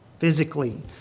physically